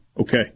Okay